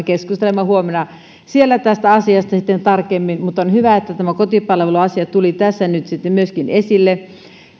keskustelemme huomenna siellä tästä asiasta sitten tarkemmin on hyvä että tämä kotipalveluasia tuli tässä nyt sitten myöskin esille